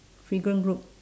group